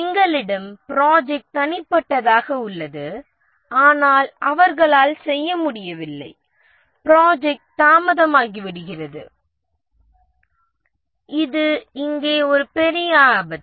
எங்களிடம் ப்ராஜெக்ட் தனிப்பட்டதாக உள்ளது ஆனால் அவர்களால் செய்ய முடியவில்லை ப்ராஜெக்ட் தாமதமாகி வருகிறது இது இங்கே ஒரு பெரிய ஆபத்து